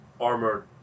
armored